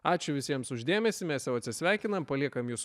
ačiū visiems už dėmesį mes jau atsisveikinam paliekam jus